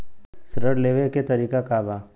ऋण लेवे के तरीका का बा?